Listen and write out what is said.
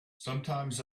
sometimes